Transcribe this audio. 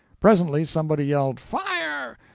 presently somebody yelled fire!